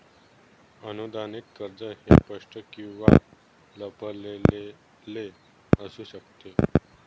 अनुदानित कर्ज हे स्पष्ट किंवा लपलेले असू शकते